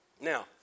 Now